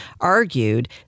argued